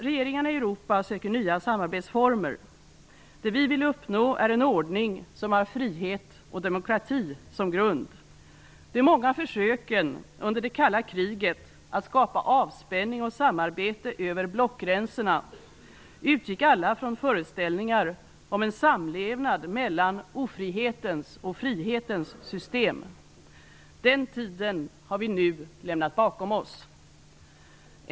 Regeringarna i Europa söker nya samarbetsformer. Det vi vill uppnå är en ordning som har frihet och demokrati som grund. De många försöken under det kalla kriget att skapa avspänning och samarbete över blockgränserna utgick alla från föreställningar om en samlevnad mellan ofrihetens och frihetens system. Den tiden har vi nu lämnat bakom oss.